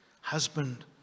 Husband